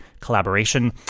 collaboration